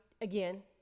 again